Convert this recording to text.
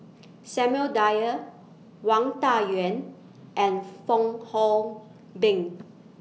Samuel Dyer Wang Dayuan and Fong Hoe Beng